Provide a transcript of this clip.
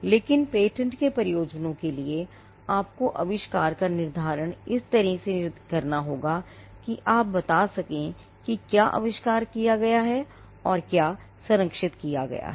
लेकिन पेटेंट के प्रयोजनों के लिए आपको आविष्कार का निर्धारण इस तरह से निर्धारित तरीके से करना होगा कि आप बता सकें कि क्या आविष्कार किया गया है और क्या संरक्षित किया गया है